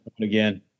again